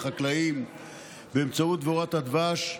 לחקלאים באמצעות דבורת הדבש,